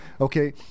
okay